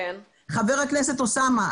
חבר הכנסת אוסאמה,